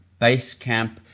Basecamp